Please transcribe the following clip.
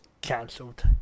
cancelled